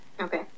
Okay